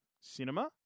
cinema